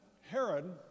Herod